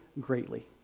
greatly